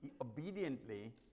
obediently